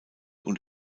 und